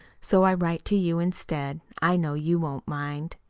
so i write to you instead. i know you won't mind.